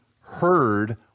heard